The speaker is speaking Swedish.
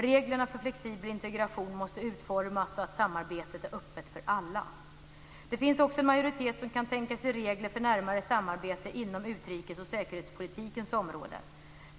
Reglerna för flexibel integration måste utformas så att samarbetet är öppet för alla. Det finns också en majoritet som kan tänka sig regler för närmare samarbete inom utrikes och säkerhetspolitikens område.